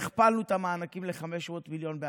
והכפלנו את המענקים ל-500 מיליון בהסכמה.